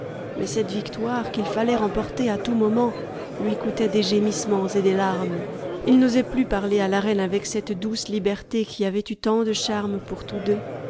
mais cette victoire qu'il fallait remporter à tout moment lui coûtait des gémissements et des larmes il n'osait plus parler à la reine avec cette douce liberté qui avait eu tant de charmes pour tous deux